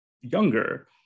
younger